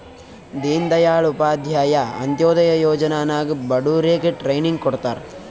ದೀನ್ ದಯಾಳ್ ಉಪಾಧ್ಯಾಯ ಅಂತ್ಯೋದಯ ಯೋಜನಾ ನಾಗ್ ಬಡುರಿಗ್ ಟ್ರೈನಿಂಗ್ ಕೊಡ್ತಾರ್